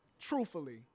Truthfully